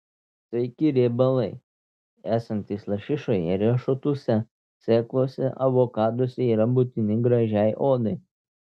sveiki riebalai esantys lašišoje riešutuose sėklose avokaduose yra būtini gražiai odai